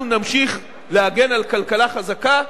אנחנו נמשיך להגן על כלכלה חזקה,